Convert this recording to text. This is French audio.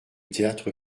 théâtre